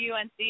UNC